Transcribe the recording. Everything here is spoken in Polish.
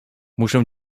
muszę